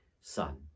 Son